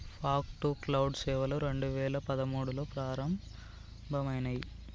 fog to cloud సేవలు రెండు వేల పదమూడులో ప్రారంభమయినాయి